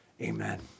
Amen